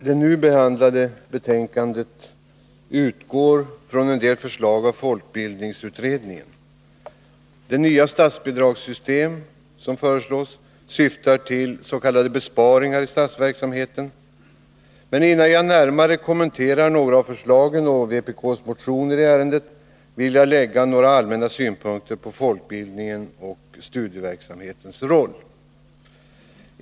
Herr talman! I det betänkande som nu behandlas utgår man från en del förslag från folkbildningsutredningen. Det nya statsbidragssystem som föreslås syftar till s.k. besparingar i statsverksamheten. Innan jag närmare kommenterar några av förslagen och vpk:s motioner, vill jag anlägga några allmänna synpunkter på folkbildningens och studieverksamhetens roll.